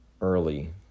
early